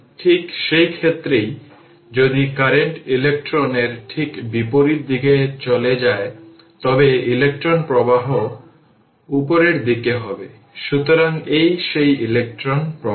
ঠিক সেই ক্ষেত্রেই যদি কারেন্ট ইলেকট্রন এর ঠিক বিপরীত দিকে চলে যায় তবে ইলেকট্রন প্রবাহ উপরের দিকে হবে সুতরাং এটি সেই ইলেক্ট্রন প্রবাহ